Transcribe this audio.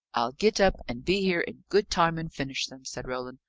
i'll get up, and be here in good time and finish them, said roland.